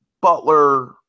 Butler